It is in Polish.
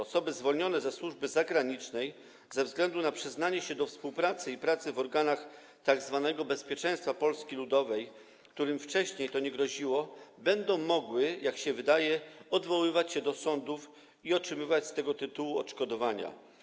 Osoby zwolnione ze służby zagranicznej ze względu na przyznanie się do takiej współpracy i do pracy w organach tzw. bezpieczeństwa Polski Ludowej, którym wcześniej to nie groziło, będą mogły, jak się wydaje, odwoływać się do sądów i otrzymywać z tego tytułu odszkodowania.